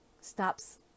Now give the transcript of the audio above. stops